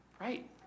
right